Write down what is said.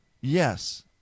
Yes